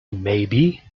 maybe